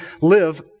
live